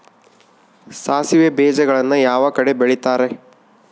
ಸಾಸಿವೆ ಬೇಜಗಳನ್ನ ಯಾವ ಕಡೆ ಬೆಳಿತಾರೆ?